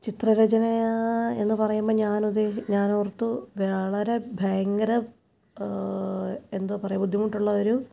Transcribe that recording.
ചിത്രരചന എന്നു പറയുമ്പം ഞാൻ ഉദ്ദേശിച്ചത് ഞാൻ ഓർത്തു വളരെ ഭയങ്കര എന്തോ പറയാ ബുദ്ധിമുട്ടുള്ള ഒരു